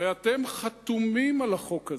הרי אתם חתומים על החוק הזה.